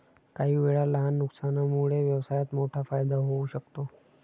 काहीवेळा लहान नुकसानामुळे व्यवसायात मोठा फायदा होऊ शकतो